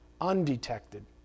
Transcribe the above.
undetected